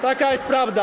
Taka jest prawda.